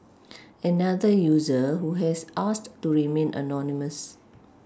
another user who has asked to remain anonymous